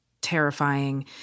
terrifying